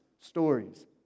stories